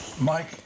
Mike